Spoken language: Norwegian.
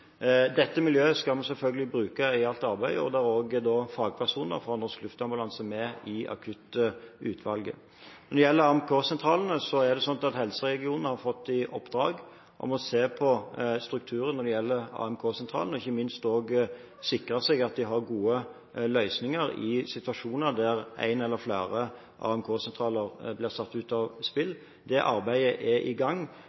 Dette miljøet skal vi selvfølgelig bruke i alt arbeid, og det er da også fagpersoner fra Norsk Luftambulanse med i Akuttutvalget. Når det gjelder AMK-sentralene, så har helseregionene fått i oppdrag å se på strukturene når det gjelder AMK-sentralene, og ikke minst sikre at de har gode løsninger i situasjoner der en eller flere AMK-sentraler blir satt ut av